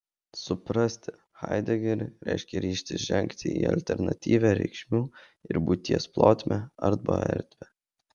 suprasti haidegerį reiškia ryžtis žengti į alternatyvią reikšmių ir būties plotmę arba erdvę